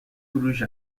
فروش